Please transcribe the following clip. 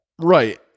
Right